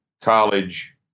college